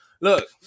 look